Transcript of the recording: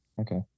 Okay